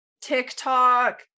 TikTok